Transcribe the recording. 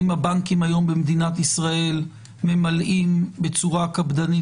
אם הבנקים היום מדינת ישראל ממלאים בצורה קפדנית